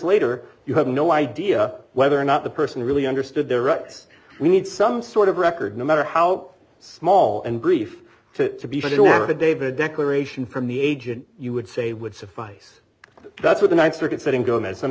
later you have no idea whether or not the person really understood their rights we need some sort of record no matter how small and brief to be sure the david declaration from the agent you would say would suffice that's what the ninth circuit said in gome